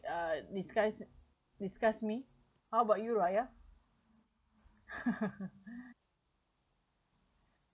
uh disgust disgust me how about you raya